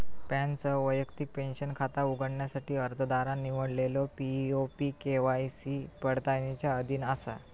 पॅनसह वैयक्तिक पेंशन खाता उघडण्यासाठी अर्जदारान निवडलेलो पी.ओ.पी के.वाय.सी पडताळणीच्या अधीन असा